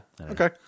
Okay